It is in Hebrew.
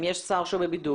אם יש שר שהוא בבידוד,